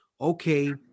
okay